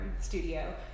studio